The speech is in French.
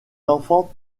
enfants